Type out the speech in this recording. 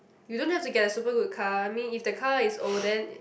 you don't have to get a super good car I mean if the car is old then